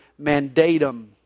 mandatum